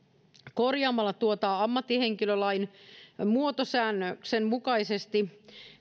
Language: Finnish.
korjaamalla vallitsevaa lakia ammattihenkilölain muotosäännöksen mukaisesti